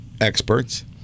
experts